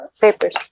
Papers